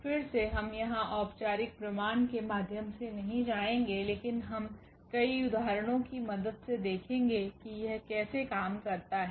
फिर से हम यहां औपचारिक प्रमाण के माध्यम से नहीं जाएंगे लेकिन हम कई उदाहरणों की मदद से देखेंगे कि यह कैसे काम करता है